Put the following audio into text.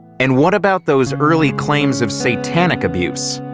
and what about those early claims of satanic abuse?